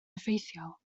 effeithiol